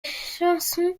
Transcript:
chansons